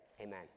Amen